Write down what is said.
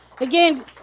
Again